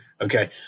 Okay